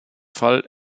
fall